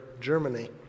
Germany